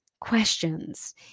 questions